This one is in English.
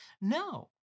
No